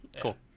Cool